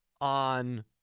on